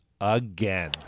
again